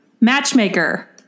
Matchmaker